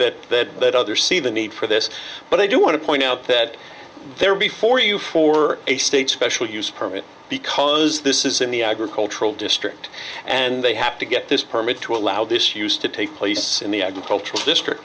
hope that others see the need for this but i do want to point out that there are before you for a state special use permit because this is in the agricultural district and they have to get this permit to allow this used to take place in the agricultural district